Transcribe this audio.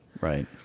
Right